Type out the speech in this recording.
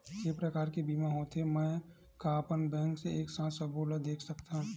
के प्रकार के बीमा होथे मै का अपन बैंक से एक साथ सबो ला देख सकथन?